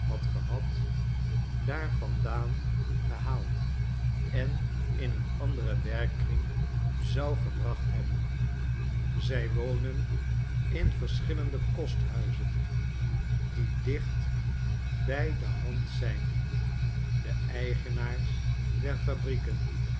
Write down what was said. had gehad daar vandaan gehaald en in een anderen werkkring zou gebracht hebben zij wonen in verschillende kosthuizen die dicht bij de hand zijn de eigenaars der fabrieken